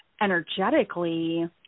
energetically